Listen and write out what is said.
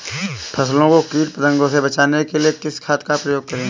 फसलों को कीट पतंगों से बचाने के लिए किस खाद का प्रयोग करें?